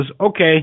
okay